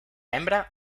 hembra